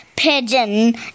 Pigeon